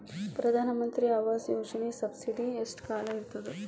ಪ್ರಧಾನ ಮಂತ್ರಿ ಆವಾಸ್ ಯೋಜನಿ ಸಬ್ಸಿಡಿ ಎಷ್ಟ ಕಾಲ ಇರ್ತದ?